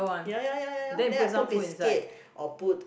ya ya ya ya ya then I put biscuit or put